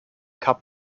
kap